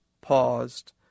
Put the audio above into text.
paused